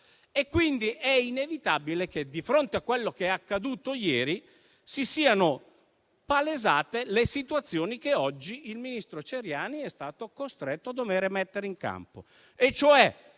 Quindi è inevitabile che, di fronte a quello che è accaduto ieri, si siano palesate le situazioni che oggi il ministro Ciriani è stato costretto a mettere in campo,